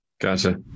Gotcha